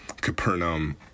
Capernaum